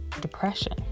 depression